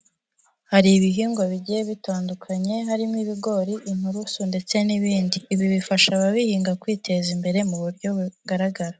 Hari ibihingwa bigiye bitandukanye harimo ibigori, inturusu ndetse n'ibindi, ibi bifasha ababihinga kwiteza imbere mu buryo bugaragara.